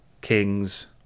Kings